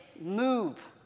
move